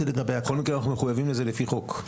בכל מקרה אנחנו מחויבים לזה לפי חוק.